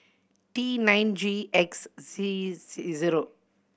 T nine G X C zero